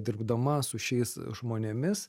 dirbdama su šiais žmonėmis